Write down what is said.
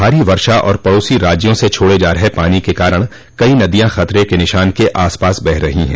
भारी वर्षा और पड़ोसी राज्यों से छोड़े जा रहे पानी के कारण कई नदियां खतरे के निशान के आस पास बह रही हैं